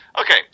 Okay